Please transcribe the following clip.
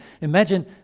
Imagine